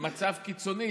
במצב קיצוני,